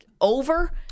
over